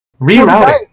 Rerouting